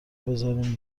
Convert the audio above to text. بذارین